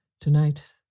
Tonight